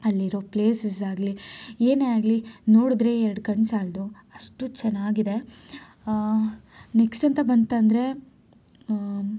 ಅಲ್ಲಿರೋ ಪ್ಲೇಸಸ್ ಆಗಲಿ ಏನೇ ಆಗಲಿ ನೋಡಿದ್ರೆ ಎರಡು ಕಣ್ಣು ಸಾಲದು ಅಷ್ಟು ಚೆನ್ನಾಗಿದೆ ನೆಕ್ಸ್ಟ್ ಅಂತ ಬಂತಂದರೆ